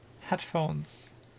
headphones